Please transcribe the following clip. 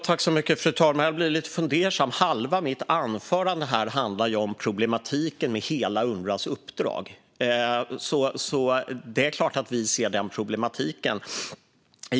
Fru talman! Jag blir lite fundersam. Halva mitt anförande handlade om problemet med hela Unrwas uppdrag. Det är klart att vi ser problemet.